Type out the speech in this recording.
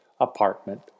apartment